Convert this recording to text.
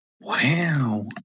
Wow